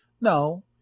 No